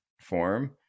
form